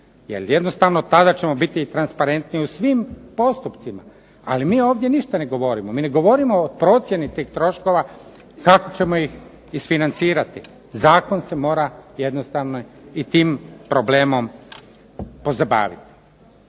jer jednostavno tada ćemo biti transparentniji u svim postupcima. Ali mi ovdje ništa ne govorimo. Mi ne govorimo o procjeni tih troškova kako ćemo ih isfinancirati. Zakon se mora jednostavno i tim problemom pozabaviti.